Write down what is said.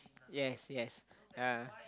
yes yes yeah